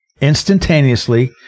instantaneously